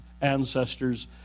ancestors